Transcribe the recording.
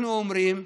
אנחנו אומרים: